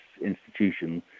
institution